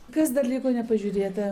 kas dar liko nepažiūrėta